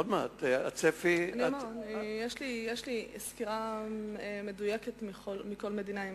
יש לי סקירה מדויקת מכל מדינה.